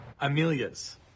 Amelia's